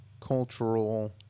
cultural